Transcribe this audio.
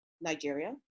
Nigeria